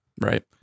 Right